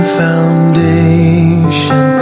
foundation